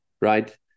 right